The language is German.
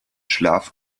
schlaf